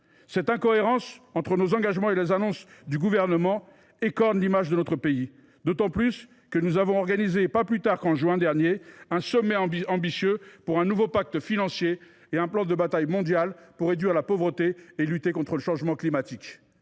Cette incohérence entre nos engagements et les annonces du Gouvernement écorne l’image de notre pays, d’autant que nous avons organisé, pas plus tard qu’en juin dernier, un sommet ambitieux pour un nouveau pacte financier et un plan de bataille mondial de réduction de la pauvreté et de lutte contre le changement climatique.